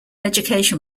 education